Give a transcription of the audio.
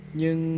nhưng